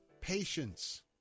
patience